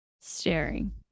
staring